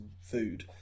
food